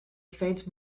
faint